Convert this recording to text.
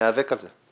ניאבק על זה.